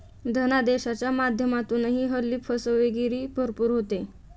धनादेशाच्या माध्यमातूनही हल्ली फसवेगिरी भरपूर होते